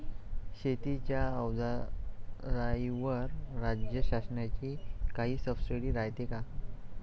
शेतीच्या अवजाराईवर राज्य शासनाची काई सबसीडी रायते का?